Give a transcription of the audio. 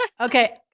okay